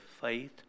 faith